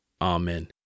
Amen